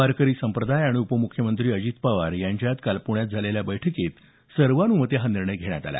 वारकरी संप्रदाय आणि उपमुख्यमंत्री अजित पवार यांच्यात काल पुण्यात झालेल्या बैठकीत सर्वानुमते हा निर्णय घेण्यात आला